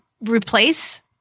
replace